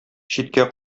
читкә